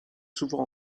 souvent